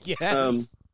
yes